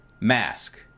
mask